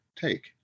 take